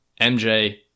MJ